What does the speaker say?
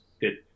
good